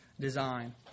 design